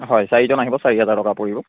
হয় চাৰিজন আহিব চাৰি হেজাৰ টকা পৰিব